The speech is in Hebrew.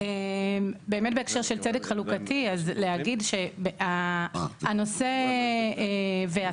באמת בהקשר של צדק חלוקתי אז להגיד שהנושא והצורך